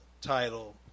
title